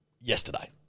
yesterday